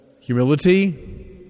Humility